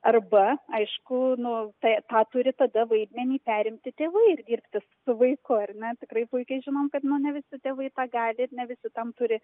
arba aišku nu tai tą turi tada vaidmenį perimti tėvai ir dirbti su vaiku ar ne tikrai puikiai žinom kad nu ne visi tėvai tą gali ir ne visi tam turi